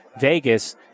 Vegas –